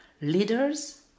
Leaders